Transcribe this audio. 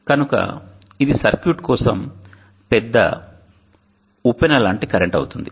కనుక ఇది సర్క్యూట్ కోసం పెద్ద ఉప్పెన లాంటి కరెంట్ అవుతుంది